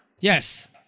Yes